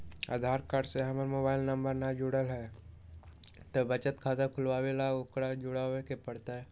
आधार card से हमर mobile number न जुरल है त बचत खाता खुलवा ला उकरो जुड़बे के पड़तई?